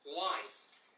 life